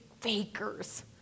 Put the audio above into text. fakers